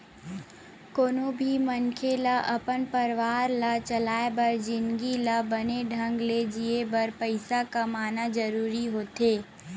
कोनो भी मनखे ल अपन परवार ला चलाय बर जिनगी ल बने ढंग ले जीए बर पइसा कमाना जरूरी होथे